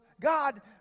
God